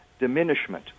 diminishment